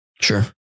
Sure